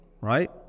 right